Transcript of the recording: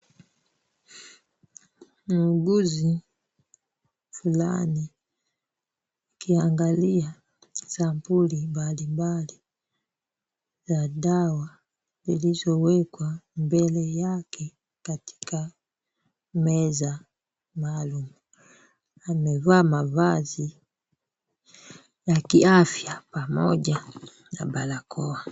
Muuguzi fulani akiangalia sampuli mbalimbali za dawa zilizowekwa mbele yake katika meza maalum. Amevaa mavazi ya kiafya pamoja na barakoa.